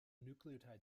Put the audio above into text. nucleotide